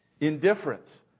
Indifference